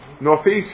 northeast